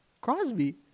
Crosby